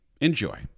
Enjoy